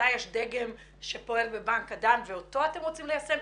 אולי יש דגם שפועל בבנק הדם ואותו אתם רוצים ליישם?